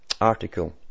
article